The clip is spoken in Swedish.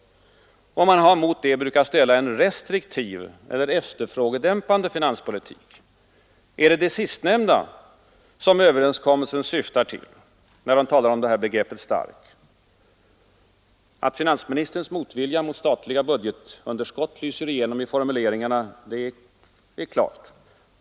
Och man har mot detta brukat ställa en ”restriktiv” eller ”efterfrågedämpande” finanspolitik. Är det detta sistnämnda som överenskommelsen syftar till när man använder begreppet ”stark”? Att finansministerns motvilja mot statliga budgetunderskott lyser igenom i formuleringarna är klart.